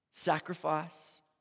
sacrifice